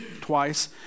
twice